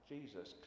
Jesus